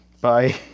Bye